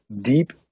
deep